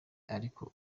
ariko